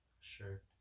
sure